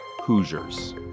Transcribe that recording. Hoosiers